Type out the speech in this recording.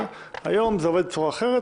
היום זה עובד בצורה אחרת.